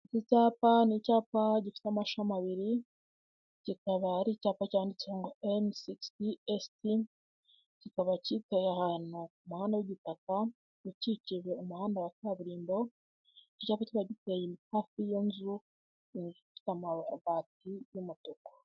Icyapa ni icyapa gifite amashami abiri, kikaba ari icyapa cyanditseho ngo EN 60 st, kikaba kiteye ahantu ku muhanda w'igitaka ukikijwe umuhanda wa kaburimbo, iki cyaba giteye hafi y'inzu ifite amabati y'umutuku.